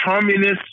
communist